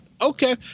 Okay